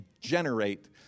generate